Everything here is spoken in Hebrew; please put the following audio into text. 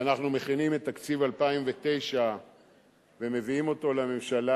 ואנחנו מכינים את תקציב 2009 ומביאים אותו לממשלה,